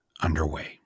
underway